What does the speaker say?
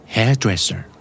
Hairdresser